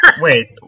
Wait